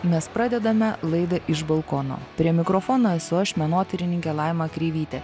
mes pradedame laidą iš balkono prie mikrofono esu aš menotyrininkė laima kreivytė